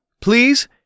please